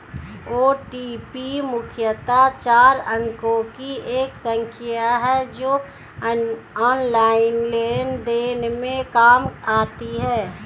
OTP मुख्यतः चार अंकों की एक संख्या है जो ऑनलाइन लेन देन में काम आती है